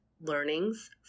learnings